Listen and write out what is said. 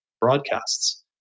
broadcasts